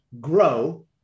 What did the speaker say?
grow